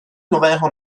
nového